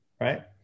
Right